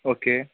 okay